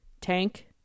tank